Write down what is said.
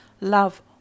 love